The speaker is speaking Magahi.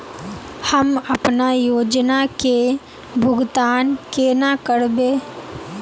हम अपना योजना के भुगतान केना करबे?